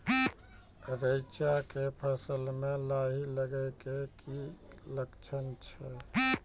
रैचा के फसल मे लाही लगे के की लक्छण छै?